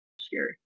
scary